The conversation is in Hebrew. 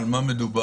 על מה מדובר.